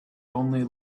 only